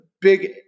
big